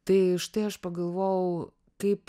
tai štai aš pagalvojau kaip